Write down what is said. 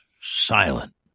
silent